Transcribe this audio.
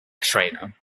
trainer